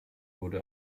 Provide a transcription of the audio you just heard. wurde